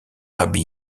rabbi